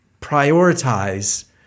prioritize